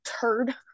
turd